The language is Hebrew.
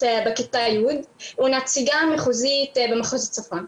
בכיתה י' ונציגה מחוזית במחוז הצפון.